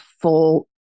full